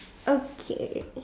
okay